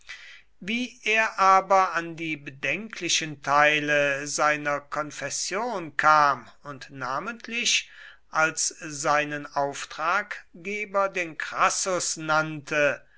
wie er aber an die bedenklichen teile seiner konfession kam und namentlich als seinen auftraggeber den crassus nannte